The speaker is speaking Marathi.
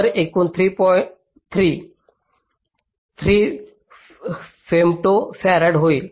तर एकूण 3 3 फेम्टोफॅरॅड होईल